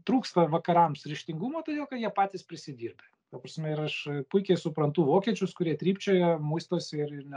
trūksta vakarams ryžtingumo todėl kad jie patys prisidirbę ta prasme ir aš puikiai suprantu vokiečius kurie trypčioja muistosi ir ir ne